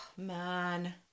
Man